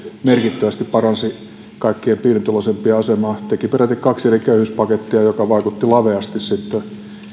merkittävästi paransi kaikkein pienituloisimpien asemaa teki peräti kaksi eri köyhyyspakettia jotka vaikuttivat laveasti sitten